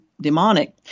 demonic